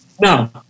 No